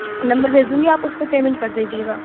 number بھیج دوں گی آپ اس پہ پیمینٹ کر دیجیے گا